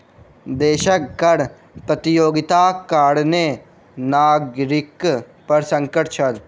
देशक कर प्रतियोगिताक कारणें नागरिक पर संकट छल